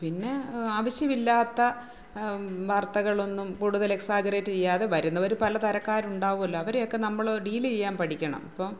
പിന്നെ ആവശ്യമില്ലാത്ത വാർത്തകളൊന്നും കൂടുതൽ എക്സാജുറേറ്റ് ചെയ്യാതെ വരുന്നവര് പല തരക്കാരുണ്ടാവുവല്ലോ അവരെയൊക്കെ നമ്മള് ഡീൽ ചെയ്യാൻ പഠിക്കണം അപ്പം